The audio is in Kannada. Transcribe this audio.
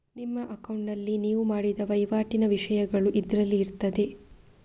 ನಿಮ್ಮ ಅಕೌಂಟಿನಲ್ಲಿ ನೀವು ಮಾಡಿದ ವೈವಾಟಿನ ವಿಷಯಗಳು ಇದ್ರಲ್ಲಿ ಇರ್ತದೆ